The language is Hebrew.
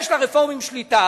איפה יש לרפורמים שליטה?